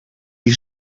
you